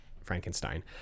Frankenstein